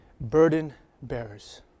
burden-bearers